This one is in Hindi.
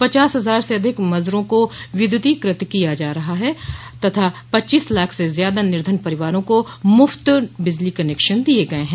पचास हजार से अधिक मजरों को विद्युतीकृत किया जा चुका है तथा पच्चीस लाख से ज्यादा निधन परिवारों को मुफ्त बिजली कनेक्शन दिये गये ह